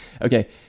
Okay